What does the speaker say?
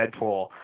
Deadpool